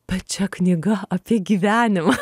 bet čia knyga apie gyvenimą